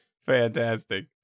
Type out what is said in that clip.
Fantastic